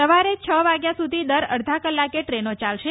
સવારે છ વાગ્યા સુધ દર અડધા કલાકે ટ્રેનો ચાલશે